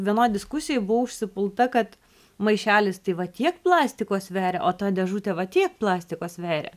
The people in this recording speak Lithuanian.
vienoj diskusijoj buvau užsipulta kad maišelis tai va tiek plastiko sveria o ta dėžutė va tiek plastiko sveria